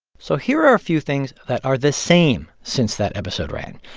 so here are a few things that are the same since that episode ran.